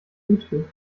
youtube